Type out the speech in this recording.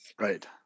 Right